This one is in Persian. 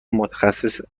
متخصص